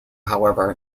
however